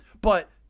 But-